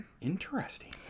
Interesting